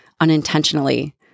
unintentionally